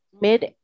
mid